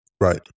Right